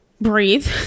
breathe